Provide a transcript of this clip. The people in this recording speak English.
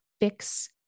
fix